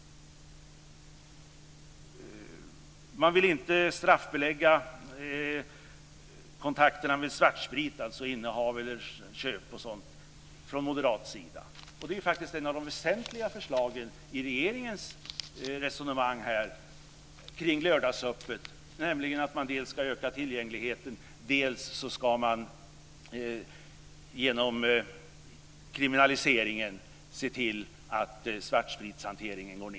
Man vill inte straffbelägga innehav eller köp av svartsprit. Det är faktiskt ett av de väsentligaste förslagen i regeringens resonemang kring lördagsöppet. Man ska dels öka tillgängligheten, dels se till att svartspritshanteringen går ned genom en kriminalisering.